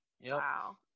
Wow